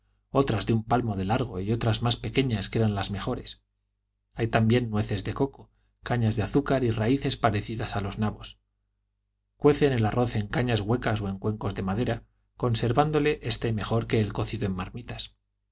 otras de un palmo de larg o y otras más pequeñas que eran las mejores hay también nueces de coco cañas de azúcar y raíces parecidas a los nabos cuecen el arroz en cañas huecas o en cuencos de madera conservándose éste mejor que el cocido en marmitas